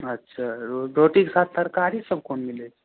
अच्छा रो रोटीके साथ तरकारीसब कोन मिलै छै